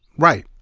right.